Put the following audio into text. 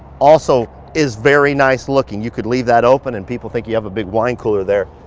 also is very nice looking. you could leave that open and people think you have a big wine cooler there.